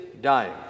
dying